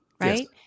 right